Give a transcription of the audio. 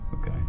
Okay